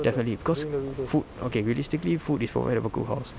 definitely because food okay realistically food is provided for by the cook house